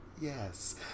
yes